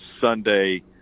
Sunday